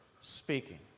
speaking